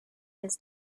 his